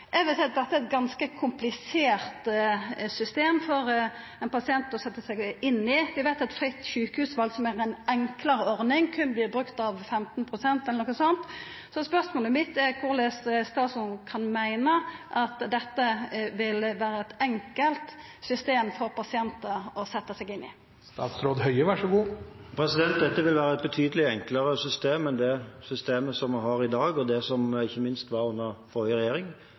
Eg vil seia at dette er eit ganske komplisert system for ein pasient å setja seg inn i. Vi veit at fritt sjukehusval, som er ei enklare ordning, berre vert brukt av 15. pst. eller noko slikt. Så spørsmålet mitt er korleis statsråden kan meina at dette vil vera eit enkelt system for pasientar å setja seg inn i. Dette vil være et betydelig enklere system enn det systemet vi har i dag, ikke minst enklere enn det som var under den forrige regjering.